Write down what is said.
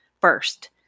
first